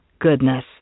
goodness